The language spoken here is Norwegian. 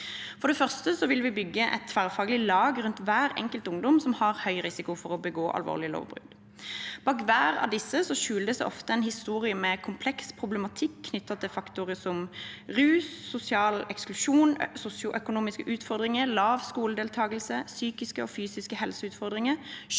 For det første vil vi bygge et tverrfaglig lag rundt hver enkelt ungdom som har høy risiko for å begå alvorlige lovbrudd. Bak hver av disse skjuler det seg ofte en historie med kompleks problematikk knyttet til faktorer som rus, sosial eksklusjon, sosioøkonomiske utfordringer, lav skoledeltakelse, psykiske og fysiske helseutfordringer,